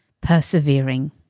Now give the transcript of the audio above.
persevering